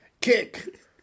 Kick